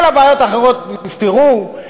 כל הבעיות האחרות נפתרו?